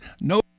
no